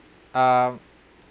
um